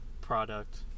product